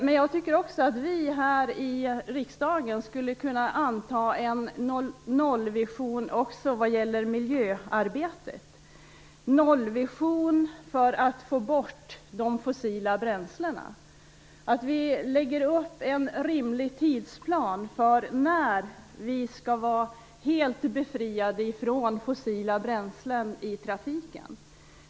Men jag tycker också att vi här i riksdagen skulle kunna anta en nollvision också vad gäller miljöarbetet, en nollvision för att få bort de fossila bränslena. Då kan vi lägga upp en rimlig tidsplan för när vi skall vara helt befriade från fossila bränslen i trafiken.